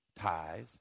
tithes